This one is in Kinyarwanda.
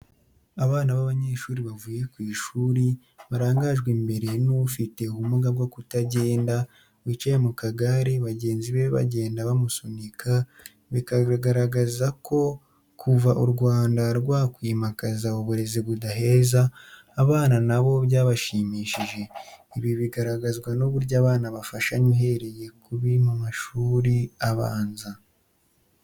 Abana ba abanyeshuri bavuye ku ishuri, baranganjwe imbere n'ufite ubumuga bwo kutagenda wicaye mu kagare bagenzibe bagenda bamusunika, bikagaragaza ko kuva urwanda rwakwimakaza uburezi budaheza abana nabo byabashimishije. Ibi bigaragazwa n'uburyo abana bafashanya uhereye kubi mu mashuri abanza.